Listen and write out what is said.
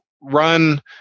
run